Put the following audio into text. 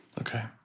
Okay